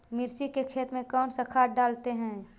मिर्ची के खेत में कौन सा खाद डालते हैं?